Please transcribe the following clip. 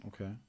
Okay